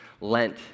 Lent